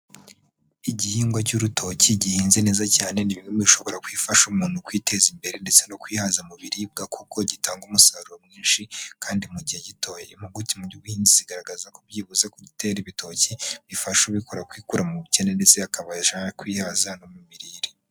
Igihingwa cy'urutoki gihinze neza cyane ni bimwe mu bishobora gufasha umuntu kwiteza imbere ndetse no kwihaza mu biribwa kuko gitanga umusaruro mwinshi kandi mu gihe gitoya, impuguke mu by'ubuhinzi zigaragaza ko byibuze gutera ibitoki bifasha ubikora kwikura mu bukene, ndetse akaba yashobora kwihaza no mu mirire.